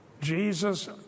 Jesus